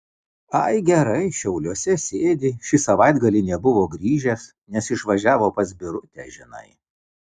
ai gerai šiauliuose sėdi šį savaitgalį nebuvo grįžęs nes išvažiavo pas birutę žinai